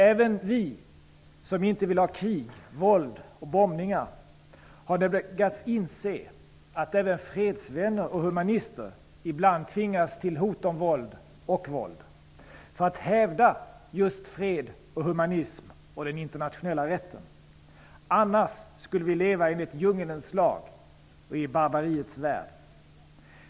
Även vi som inte vill ha krig, våld och bombningar har nödgats inse att även fredsvänner och humanister ibland tvingas till hot om våld och våld, för att hävda just fred och humanism och den internationella rätten. Annars skulle vi leva enligt djungelns lag och i barbariets värld.